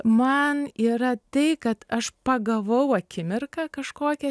man yra tai kad aš pagavau akimirką kažkokią